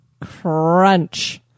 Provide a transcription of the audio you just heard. crunch